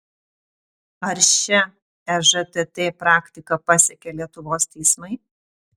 ar šia ežtt praktika pasekė lietuvos teismai